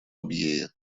абьее